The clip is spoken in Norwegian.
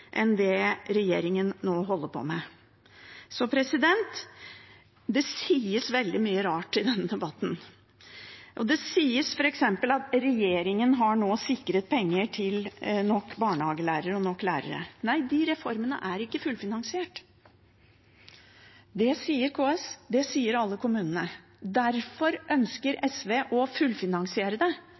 enn det regjeringen nå holder på med. Det sies veldig mye rart i denne debatten. Det sies f.eks. at regjeringen nå har sikret penger til nok barnehagelærere og nok lærere. Nei, de reformene er ikke fullfinansiert. Det sier KS, og det sier alle kommunene. Derfor ønsker SV å fullfinansiere det.